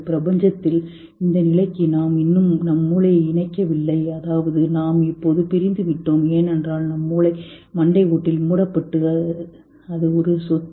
பிரபஞ்சத்தில் இந்த நிலைக்கு நாம் இன்னும் நம் மூளையை இணைக்கவில்லை அதாவது நாம் இப்போது பிரிந்துவிட்டோம் ஏனென்றால் நம் மூளை மண்டை ஓட்டில் மூடப்பட்டு அது சொத்து